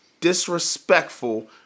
disrespectful